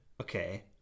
okay